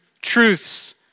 truths